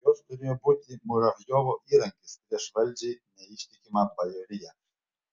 jos turėjo būti muravjovo įrankis prieš valdžiai neištikimą bajoriją